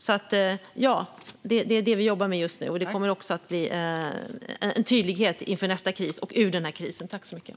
Det är det vi jobbar med just nu. Det kommer att bli en tydlighet både när det gäller att komma ur den här krisen och inför nästa kris.